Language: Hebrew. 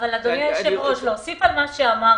אדוני היושב ראש, להוסיף על מה שאמרת.